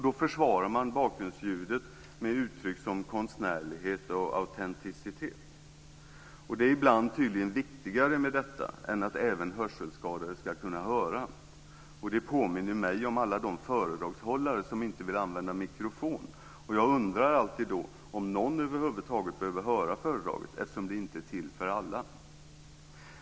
Då försvarar man bakgrundsljudet med uttryck som "konstnärlighet" och "autenticitet". Det är ibland tydligen viktigare med detta än att även hörselskadade ska kunna höra. Det påminner mig om alla de föredragshållare som inte vill använda mikrofon. Jag undrar då alltid om någon över huvud taget behöver höra föredraget eftersom det inte är till för alla.